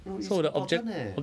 no it's important eh